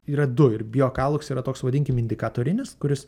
yra du ir biocalux yra toks vadinkim indikatorinis kuris